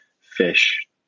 fish